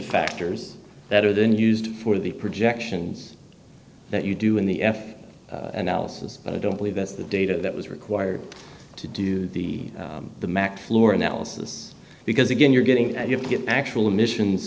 factors that are then used for the projections that you do in the f analysis but i don't believe that's the data that was required to do the the mac floor analysis because again you're getting you have to get actual emissions